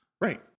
Right